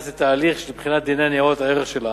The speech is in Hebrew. לתהליך של בחינת דיני ניירות הערך שלה,